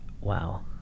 Wow